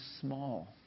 small